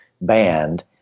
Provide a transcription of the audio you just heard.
band